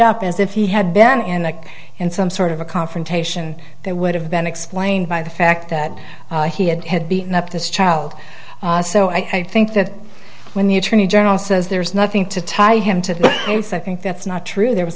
up as if he had ben and and some sort of a confrontation that would have been explained by the fact that he had had beaten up this child so i think that when the attorney general says there's nothing to tie him to the case i think that's not true there was